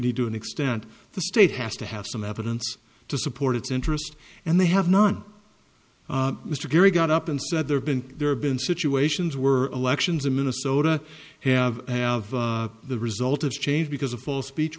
lead to an extent the state has to have some evidence to support its interest and they have none mr gary got up and said there have been there have been situations were elections in minnesota have have the result of change because of false speech